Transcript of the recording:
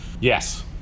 Yes